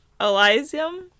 Elysium